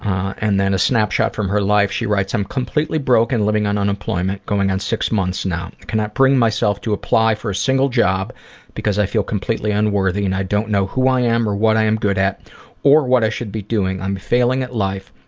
and then a snapshot from her life, she writes, i'm completely broke and living on unemployment going on six months now. i cannot bring myself to apply for a single job because i feel completely unworthy, and i don't know who i am or what i'm good at or what i should be doing. i'm failing at life.